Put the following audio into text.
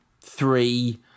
three